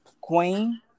Queen